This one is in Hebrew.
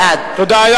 בעד תודה.